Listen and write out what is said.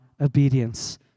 obedience